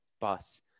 bus